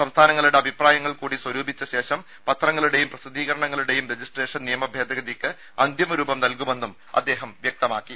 സംസ്ഥാനങ്ങളുടെ അഭിപ്രായങ്ങൾ കൂടി സ്വരൂപിച്ച ശേഷം പത്രങ്ങളുടെയും പ്രസിദ്ധീകരണ ങ്ങളടെയും രജിസ്ട്രേഷൻ നിയമ ഭേദഗതിക്ക് അന്തിമ രൂപം നൽകുമെന്നും അദ്ദേഹം വ്യക്തമാക്കി